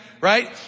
right